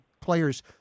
players